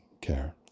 care